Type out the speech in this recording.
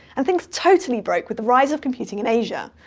and things totally broke with the rise of computing in asia,